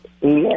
Yes